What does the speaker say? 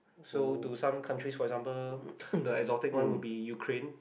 so to some countries for example the exotic one will be Ukraine